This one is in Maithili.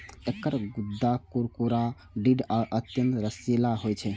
एकर गूद्दा कुरकुरा, दृढ़ आ अत्यंत रसीला होइ छै